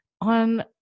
on